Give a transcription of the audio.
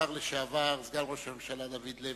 השר לשעבר, סגן ראש הממשלה, דוד לוי.